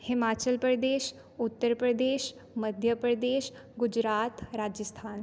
Himachal Pradesh Uttar Pradesh Madhya Pradesh Gujarat Rajasthan